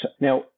Now